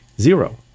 Zero